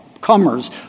comers